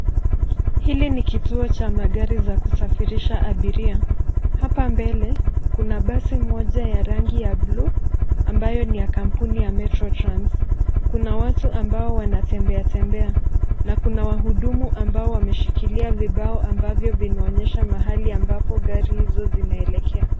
Hili ni kituo cha magari za kusafirisha abiria. Hapa mbele kuna basi moja ya rangi ya bluu ambayo ni ya kampuni ya metro trans. Kuna watu ambao wanatembea tembea na kuna wahudumu ambao wameshikilia vibao ambavyo vinaonyesha mahali ambapo gari hizo zinaelekea.